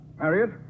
Harriet